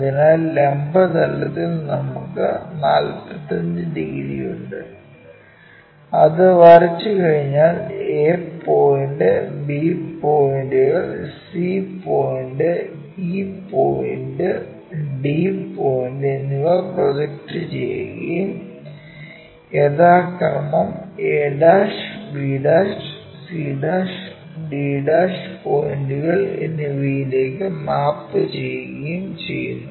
അതിനാൽ ലംബ തലത്തിൽ നമുക്ക് 45 ഡിഗ്രി ഉണ്ട് അത് വരച്ചു കഴിഞ്ഞാൽ a പോയിന്റ് b പോയിന്റുകൾ c point e point d point എന്നിവ പ്രോജക്ട് ചെയ്യുകയും യഥാക്രമം ab'c'd' പോയിന്റുകൾ എന്നിവയിലേക്ക് മാപ്പ് ചെയ്യുകയും ചെയ്യുന്നു